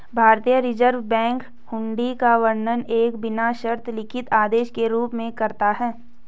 भारतीय reserve bank हुंडी का वर्णन एक बिना शर्त लिखित आदेश के रूप में करता है